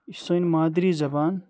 یہِ چھُ سٲنۍ مادری زبان